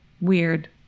Weird